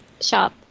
shop